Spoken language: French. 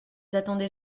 attendais